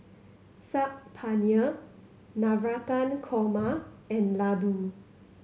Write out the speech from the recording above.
Saag Paneer Navratan Korma and Ladoo